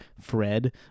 Fred